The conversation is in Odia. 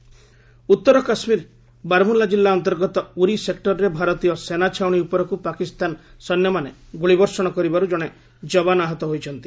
କେ ଆଣ୍ଡ କେ ସିଜ୍ଫାୟାର ଉତ୍ତର କାଶ୍ମୀର ବାରମୁଲ୍ଲା ଜିଲ୍ଲା ଅନ୍ତର୍ଗତ ଉରି ସେକ୍ନରରେ ଭାରତୀୟ ସେନାଛାଉଣୀ ଉପରକୁ ପାକିସ୍ତାନ ସୈନ୍ୟମାନେ ଗୁଳି ବର୍ଷଣ କରିବାରୁ ଜଣେ ଯବାନ ଆହତ ହୋଇଛନ୍ତି